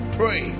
pray